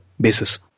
basis